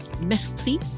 messy